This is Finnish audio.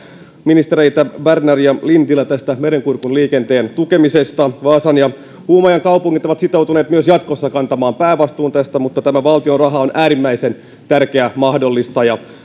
ministereitä berner ja lintilä merenkurkun liikenteen tukemisesta vaasan ja uumajan kaupungit ovat sitoutuneet myös jatkossa kantamaan päävastuun tästä mutta valtion raha on äärimmäisen tärkeä mahdollistaja